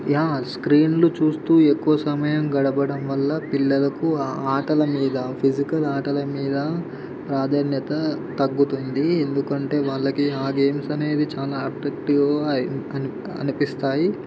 yeah స్క్రీన్లు చూస్తు ఎక్కువ సమయం గడపడం వల్ల పిల్లలకు ఆటల మీద ఫిజికల్ ఆటల మీద ప్రాధాన్యత తగ్గుతుంది ఎందుకంటే వాళ్ళకి ఆ గేమ్స్ అనేది చాలా అట్రాక్టీవ్గా అన్ అనిపిస్తాయి